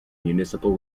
municipal